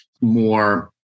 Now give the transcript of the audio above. more